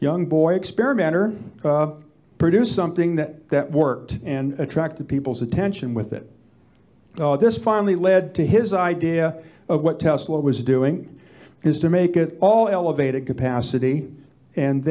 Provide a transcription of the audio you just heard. young boy experimenter produced something that that worked and attracted people's attention with it so this finally led to his idea of what tesla was doing is to make it all elevated capacity and